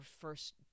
first